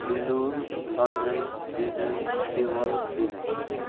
Dilu Sanjay Vijay Keval Vinay